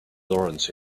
laurence